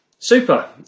Super